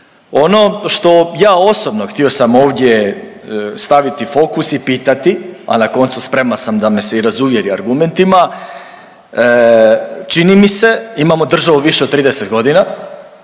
Ono što ja osobno htio sam ovdje staviti fokus i pitati, a na koncu spreman sam i da me se razuvjeri argumentima. Čini mi se imamo državu više od 30 godina